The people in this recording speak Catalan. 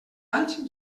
alls